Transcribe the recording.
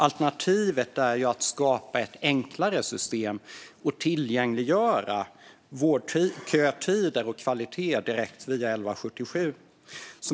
Alternativet är att skapa ett enklare system och tillgängliggöra vårdkötider och kvalitet direkt via 1177.